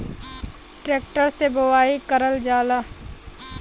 tractor से बोवाई करल जाला